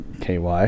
KY